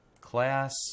class